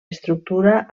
estructura